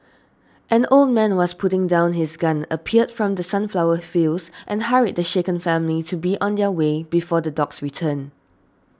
an old man who was putting down his gun appeared from the sunflower fields and hurried the shaken family to be on their way before the dogs return